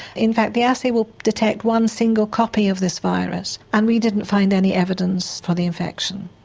in fact the assay will detect one single copy of this virus and we didn't find any evidence for the infection.